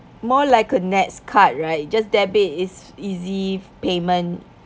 more like a NETS card right you just debit is easy payment